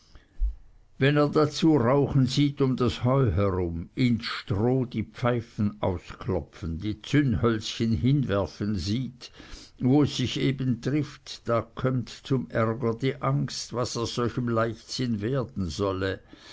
wenn er dazu rauchen sieht um das heu herum ins stroh die pfeifen ausklopfen die zündhölzchen hinwerfen sieht wo es sich eben trifft da kömmt zum ärger die angst was aus solchem leichtsinn werden solle